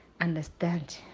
understand